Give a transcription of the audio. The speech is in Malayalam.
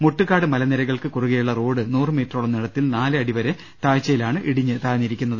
മുട്ടുകാട് മലനിരകൾക്ക് കുറുകെയുള്ള റോഡ് നൂറ് മിറ്ററോളം നീളത്തിൽ നാല് അടിവരെ താഴ്ച്ചയിലാണ് ഇടിഞ്ഞ് താഴ്ന്നിരിക്കുന്നത്